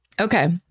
Okay